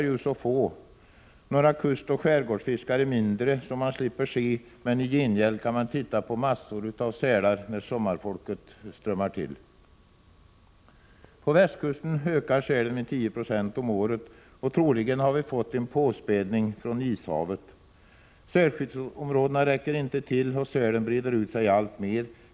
Det blir några kustoch skärgårdsfiskare mindre som man slipper se, men i gengäld kan semesterfolket, när det strömmar till, titta på många sälar. På västkusten ökar sälen med 10 26 om året, och troligen har vi fått en påspädning från Ishavet. Sälskyddsområdena räcker inte till, och sälen breder ut sig alltmer.